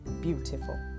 beautiful